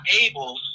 able